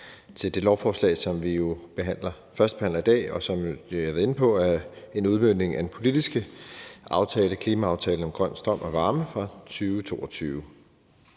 til det lovforslag, som vi førstebehandler i dag, og som man har været inde på er en udmøntning af den politiske klimaaftale om grøn strøm og varme fra 2022.